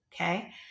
okay